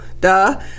duh